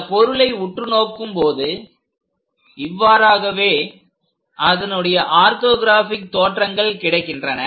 அந்த பொருளை உற்று நோக்கும் போது இவ்வாறாகவே அதனுடைய ஆர்தொகிராஃபிக் தோற்றங்கள் கிடைக்கின்றன